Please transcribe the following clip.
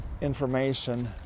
information